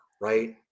right